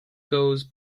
goes